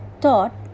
thought